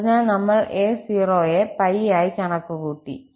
അതിനാൽ നമ്മൾ 𝑎0 യെ 𝜋 ആയി കണക്കുകൂട്ടി